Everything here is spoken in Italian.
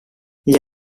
gli